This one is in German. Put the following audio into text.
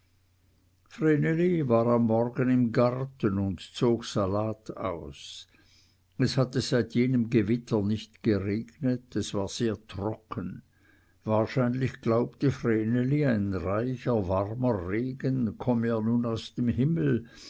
war am morgen im garten und zog salat aus es hatte seit jenem gewitter nicht geregnet es war sehr trocken wahrscheinlich glaubte vreneli ein weicher warmer regen komme er nun aus dem himmel